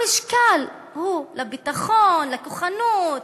המשקל הוא לביטחון, לכוחנות,